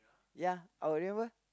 ya our remember